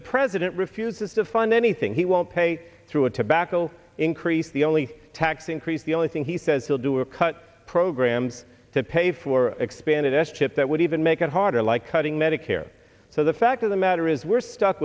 the president refuses to fund anything he won't pay through a tobacco increase the only tax increase the only thing he says he'll do is cut programs to pay if we're expanded s chip that would even make it harder like cutting medicare so the fact of the matter is we're stuck